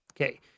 Okay